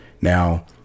Now